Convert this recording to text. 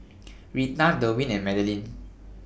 Rita Derwin and Madeline